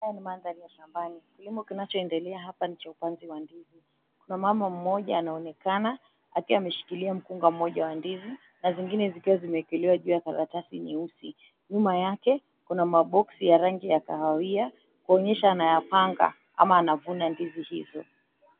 Haya ni mandhari ya shambani kilimo kinachoendelea hapa ni cha upanzi wa ndizi, kuna mama mmoja anaonekana akiwa ameshikilia mkunga mmoja wa ndizi na zingine zikiwa zimeekelewa juu ya karatasi nyeusi, nyuma yake kuna maboksi ya rangi ya kahawia kuonyesha anayapanga ama anavuna ndizi izo.